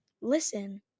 listen